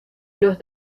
los